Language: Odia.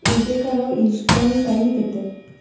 ଏବେକାର ଇଷ୍ଟର୍ଣ୍ଣ୍ ଟାଇମ୍ କେତେ